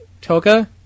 Toka